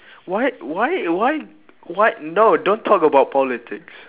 why why why why no don't talk about politics